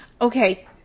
Okay